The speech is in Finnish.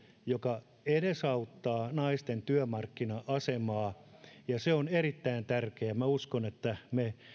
joka edesauttaa naisten työmarkkina asemaa se on erittäin tärkeä ja minä uskon että me